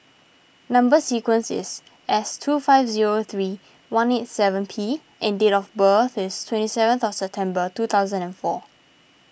Number Sequence is S two five zero three one eight seven P and date of birth is twenty seventh of September two thousand and four